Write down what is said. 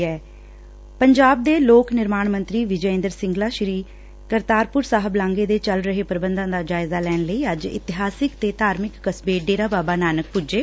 ਪੰਜਾਬ ਦੇ ਲੋਕ ਨਿਰਮਾਣ ਮੰਤਰੀ ਵਿਜੇ ਇੰਦਰ ਸਿੰਗਲਾ ਸ੍ਰੀ ਕਰਤਾਰਪੁਰ ਸਾਹਿਬ ਲਾਘੇ ਦੇ ਚਲ ਰਹੇ ਪ੍ਬੰਧਾਂ ਦਾ ਜਾਇਜਾ ਲੈਣ ਲਈ ਅੱਜ ਇਤਿਹਾਸਕ ਤੇ ਧਾਰਮਿਕ ਕਸਬੇ ਡੇਰਾ ਬਾਬਾ ਨਾਨਕ ਪੁੱਜੇ